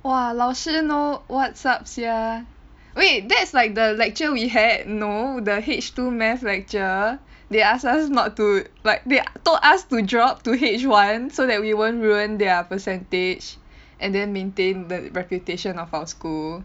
!wah! 老师 know what's up sia wait that's like the lecture we had know the H two math lecture they ask us not to like they told us to drop to H one so that we won't ruin their percentage and then maintain the reputation of our school